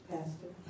Pastor